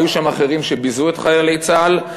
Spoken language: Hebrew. היו שם אחרים שביזו את חיילי צה"ל.